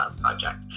project